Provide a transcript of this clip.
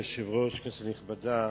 אדוני היושב-ראש, כנסת נכבדה,